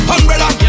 Umbrella